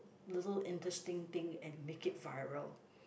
little interesting thing and make it viral